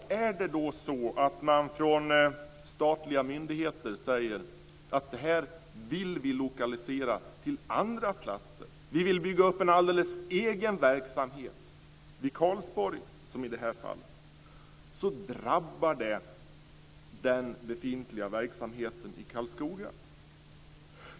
Säger då de statliga myndigheterna att de vill lokalisera verksamheten till andra platser och bygga upp en alldeles egen verksamhet där - i det här fallet i Karlsborg - så drabbar det den befintliga verksamheten i Karlskoga.